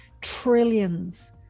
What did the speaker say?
trillions